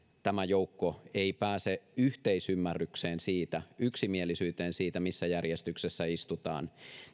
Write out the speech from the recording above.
tämä joukko ei pääse yhteisymmärrykseen yksimielisyyteen siitä missä järjestyksessä istutaan